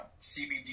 cbd